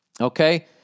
Okay